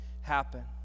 happen